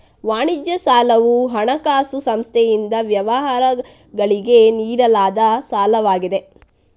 ವಾಣಿಜ್ಯ ಸಾಲವು ಹಣಕಾಸು ಸಂಸ್ಥೆಯಿಂದ ವ್ಯವಹಾರಗಳಿಗೆ ನೀಡಲಾದ ಸಾಲವಾಗಿದೆ